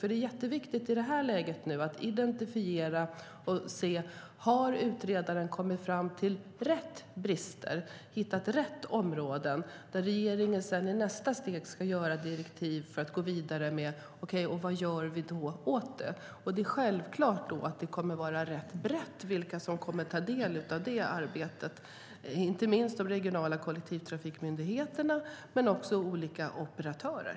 Det är jätteviktigt i detta läge att identifiera och se om utredaren har kommit fram till rätt brister och hittat rätt områden. Regeringen ska sedan i nästa steg komma med direktiv och gå vidare med detta för att se vad vi ska göra åt det hela. Det är självklart att det kommer att vara rätt brett när det gäller vilka som kommer att ta del av det arbetet. Det blir inte minst de regionala kollektivtrafikmyndigheterna men också olika operatörer.